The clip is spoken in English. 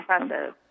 impressive